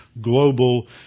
global